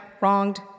wronged